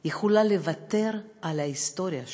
יכולה לוותר על ההיסטוריה שלה?